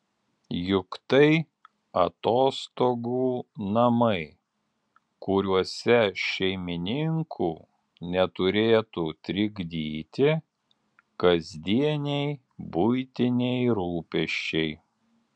juk tai atostogų namai kuriuose šeimininkų neturėtų trikdyti kasdieniai buitiniai rūpesčiai